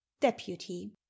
Deputy